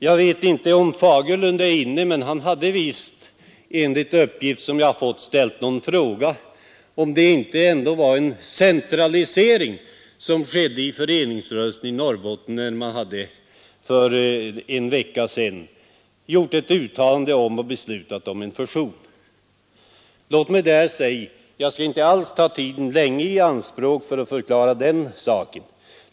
Jag vet inte om herr Fagerlund är inne i kammaren, men han har enligt uppgift ställt frågan, om det ändå inte var en centralisering som skedde inom föreningsrörelsen i Norrbotten när man beslöt om en fusion. Jag skall inte ta lång tid i anspråk för att förklara den saken.